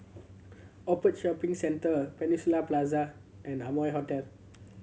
Shopping Centre Peninsula Plaza and Amoy Hotel